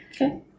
Okay